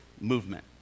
movement